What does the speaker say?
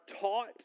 taught